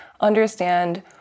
understand